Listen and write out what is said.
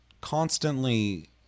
constantly